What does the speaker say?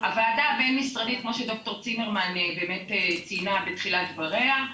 הוועדה הבין משרדית כמו שד"ר צימרמן באמת ציינה בתחילת דבריה,